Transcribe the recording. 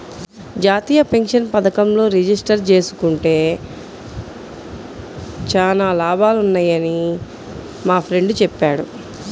జాతీయ పెన్షన్ పథకంలో రిజిస్టర్ జేసుకుంటే చానా లాభాలున్నయ్యని మా ఫ్రెండు చెప్పాడు